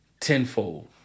tenfold